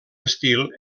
estil